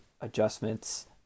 adjustments